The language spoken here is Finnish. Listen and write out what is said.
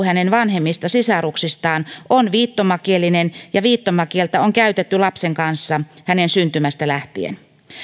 hänen vanhemmista sisaruksistaan on viittomakielinen ja viittomakieltä on käytetty lapsen kanssa tämän syntymästä lähtien